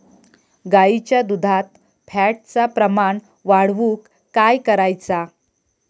गाईच्या दुधात फॅटचा प्रमाण वाढवुक काय करायचा?